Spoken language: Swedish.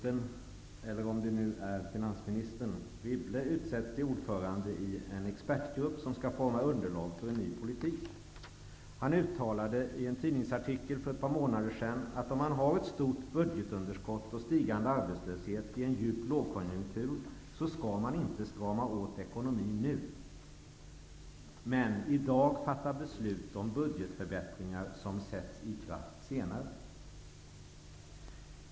eller om det nu är finansministern - utsetts till ordförande i en expertgrupp som skall forma underlag för en ny politik. Han uttalade i en tidningsartikel för ett par månader sedan att om man har ett stort budgetunderskott och stigande arbetslöshet i en djup lågkonjunktur, skall man inte strama åt ekonomin nu, ''men i dag fatta beslut om budgetförbättringar som sätts i kraft senare''.